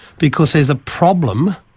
because there's a problem,